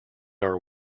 are